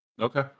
Okay